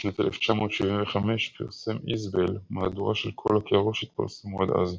בשנת 1975 פרסם איזבל Isbell מהדורה של כל הקערות שהתפרסמו עד אז.